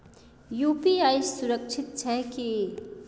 UPI सुरक्षित छै की?